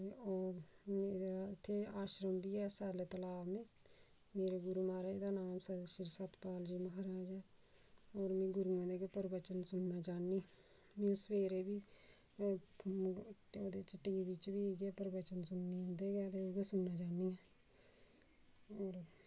ओह् मेरा ते आश्रम बी ऐ साले तला मेरे गुरू महाराज दे नाम श्री सत्पाल जी महाराज ऐ होर मि गुरूएं दे गै प्रवचन सुनन जानी में सवेरे बी मतलब ओह्दे च टी वी च बी इ'यै प्रवचन सुननी उं'दे गै ते उं'दे गै सुनना चाहन्नी होर